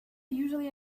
usually